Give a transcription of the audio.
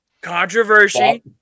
Controversy